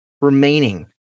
remaining